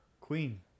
Queen